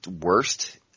worst